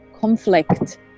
conflict